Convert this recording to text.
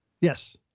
Yes